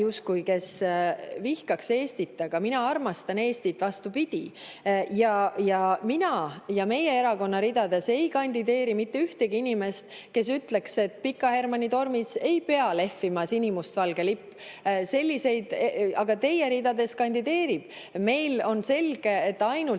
inimeseks, kes vihkaks Eestit, aga mina, vastupidi, armastan Eestit. Meie erakonna ridades ei kandideeri mitte ühtegi inimest, kes ütleks, et Pika Hermanni tornis ei pea lehvima sinimustvalge lipp. Selliseid aga teie ridades kandideerib. Meile on selge, et ainult